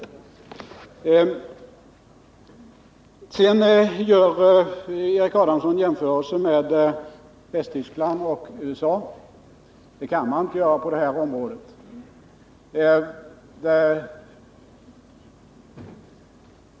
Sedan gör Erik Adamsson en jämförelse med Västtyskland och USA. Det kan man inte göra på detta område.